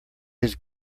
his